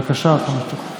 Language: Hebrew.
בבקשה, עד חמש דקות.